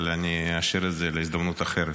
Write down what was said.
אבל אני אשאיר את זה להזדמנות אחרת.